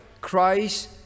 Christ